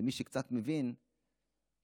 ומי שקצת מבין ויודע,